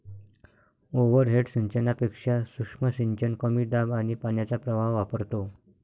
overhead सिंचनापेक्षा सूक्ष्म सिंचन कमी दाब आणि पाण्याचा प्रवाह वापरतो